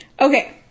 Okay